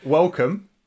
Welcome